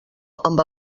amb